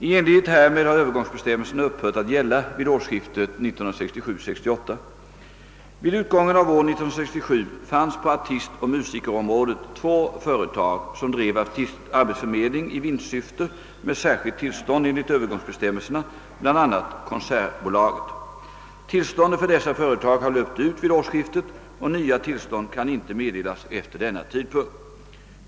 I enlighet härmed har övergångsbestämmelserna upphört att gälla vid årsskiftet 1967/68. Tillståndet för dessa företag har löpt ut vid årsskiftet och nya tillstånd kan inte meddelas efter denna tidpunkt.